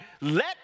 let